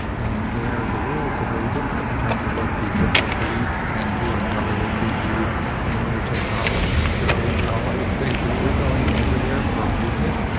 and there, the rules are very different in terms of what the so-called police can do and how they will treat you and your technology. so all i would say is if you're going over there for business,